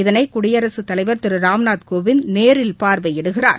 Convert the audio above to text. இதனைகுடியரசுத்தலைவர் திருராம்நாத்கோவிந்த் நேரில் பார்வையிடுகிறார்